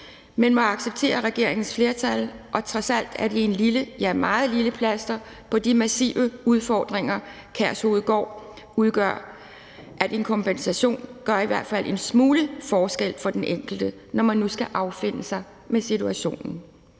men må acceptere regeringens flertal, og trods alt er det et lille, ja, meget lille, plaster på de massive udfordringer, Kærshovedgård udgør. En kompensation gør i hvert fald en smule forskel for den enkelte, når man nu skal affinde sig med situationen.